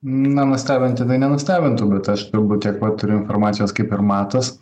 na nustebint jinai nenustebintų bet aš turbūt tiek pat turiu informacijos kaip ir matas